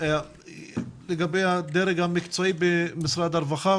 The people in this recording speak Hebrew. לגבי הדרג המקצועי במשרד הרווחה,